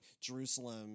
Jerusalem